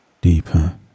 deeper